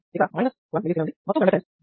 ఇక్కడ 1mS ఉంది మొత్తం కండెక్టన్స్ 2